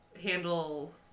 handle